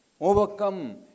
Overcome